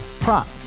Prop